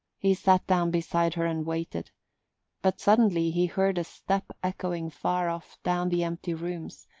he sat down beside her and waited but suddenly he heard a step echoing far off down the empty rooms,